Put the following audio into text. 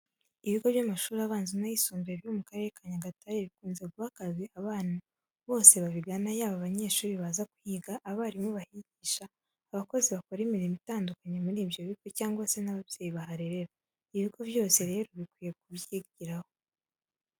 Ibigo by'amashuri abanza n'ayisumbuye byo mu karere ka Nyagatare bikunze guha ikaze abantu bose babigana yaba abanyeshuri baza kuhiga, abarimu bahigisha, abakozi bakora imirimo itandukanye muri ibyo bigo cyangwa se n'ababyeyi baharerera. Ibigo byose rero bikwiye kubyigiraho.